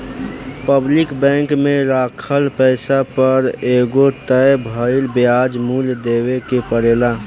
public bank में राखल पैसा पर एगो तय भइल ब्याज मूल्य देवे के परेला